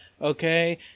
okay